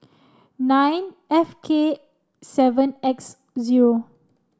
nine F K seven X zero